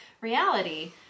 reality